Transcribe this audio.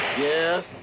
Yes